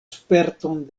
sperton